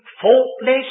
faultless